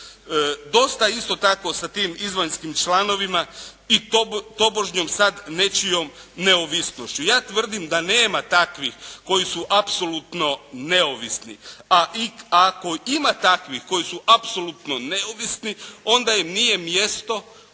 Dosta, isto tako, sa tim izvanjskim članovima i tobožnjom sad nečijom neovisnošću. Ja tvrdim da nema takvih koji su apsolutno neovisni, a i ako ima takvih koji su apsolutno neovisni, onda im nije mjesto u